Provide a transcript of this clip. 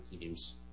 teams